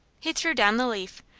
he threw down the leaf,